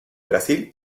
brasil